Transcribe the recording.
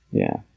yeah.